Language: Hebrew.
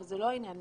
אבל זה לא העניין,